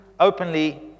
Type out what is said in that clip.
openly